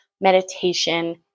meditation